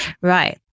Right